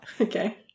Okay